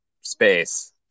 space